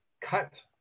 cut